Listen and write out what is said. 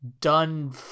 done